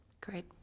Great